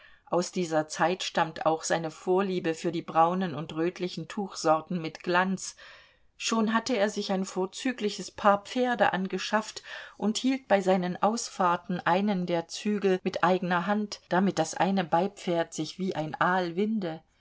aus dieser zeit stammt auch seine vorliebe für die braunen und rötlichen tuchsorten mit glanz schon hatte er sich ein vorzügliches paar pferde angeschafft und hielt bei seinen ausfahrten einen der zügel mit eigener hand damit das eine beipferd sich wie ein aal winde